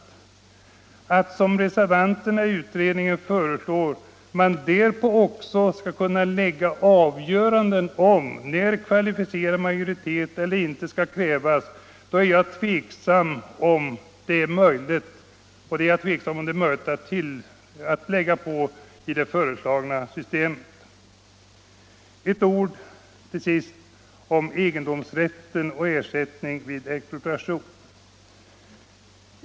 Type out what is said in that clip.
Jag tvivlar på att, som reservanterna inom utredningen föreslår, det är möjligt att i det föreslagna systemet även inrymma avgöranden om när kvalificerad majoritet skall krävas eller inte. Några ord om egendomsrätten och ersättning vid expropriation.